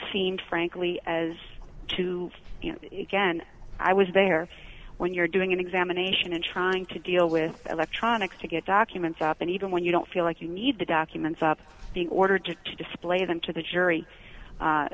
seemed frankly as to ghent i was there when you're doing an examination and trying to deal with electronics to get documents up and even when you don't feel like you need the documents up in order to display them to the jury